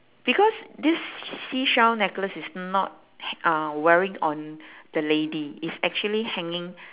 because this seashell necklace is not uh wearing on the lady it's actually hanging